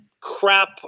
crap